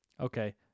Okay